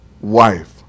wife